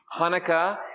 Hanukkah